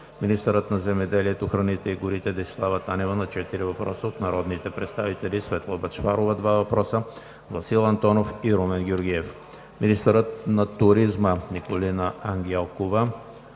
министърът на земеделието, храните и горите Десислава Танева на четири въпроса от народните представители Светла Бъчварова – два въпроса; Васил Антонов и Румен Георгиев; - министърът на туризма Николина Ангелкова